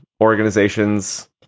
organizations